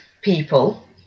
people